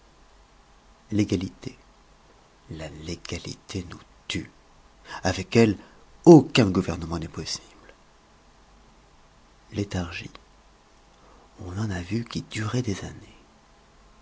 légalité la légalité nous tue avec elle aucun gouvernement n'est possible léthargies on en a vu qui duraient des années